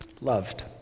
loved